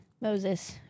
Moses